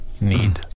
need